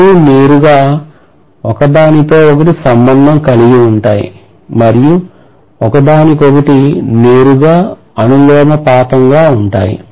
రెండూ నేరుగా ఒక దానితో ఒకటి సంబంధం కలిగి ఉంటాయి మరియు ఒకదానికొకటి నేరుగా అనులోమానుపాతంలో ఉంటాయి